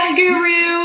guru